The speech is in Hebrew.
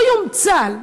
לא יום צה"ל,